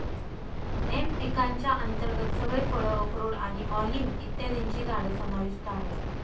M पिकांच्या अंतर्गत सगळे फळ, अक्रोड आणि ऑलिव्ह इत्यादींची झाडं समाविष्ट आहेत